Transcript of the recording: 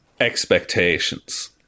Expectations